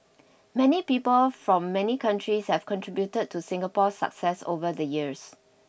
many people from many countries have contributed to Singapore's success over the years